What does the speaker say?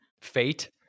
Fate